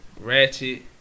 Ratchet